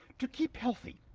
to keep healthy,